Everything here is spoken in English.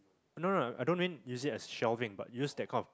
I don't know I don't mean use it as shelving but use that kind of